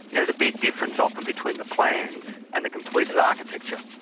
you know the big difference often between the plans and the completed architecture.